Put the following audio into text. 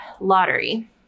lottery